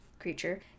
creature